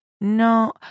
No